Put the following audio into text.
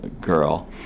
girl